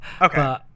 Okay